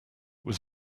was